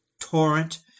torrent